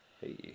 Hey